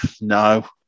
No